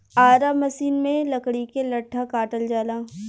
Ara machine में लकड़ी के लट्ठा काटल जाला